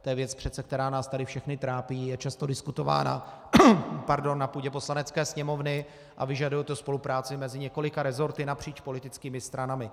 To je přece věc, která nás tady všechny trápí, je často diskutována na půdě Poslanecké sněmovny a vyžaduje spolupráci mezi několika resorty napříč politickými stranami.